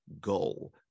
goal